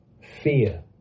fear